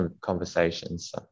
conversations